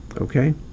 okay